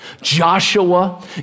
Joshua